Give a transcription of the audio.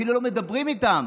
אפילו לא מדברים איתם.